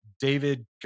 David